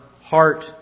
heart